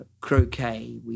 croquet